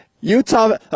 Utah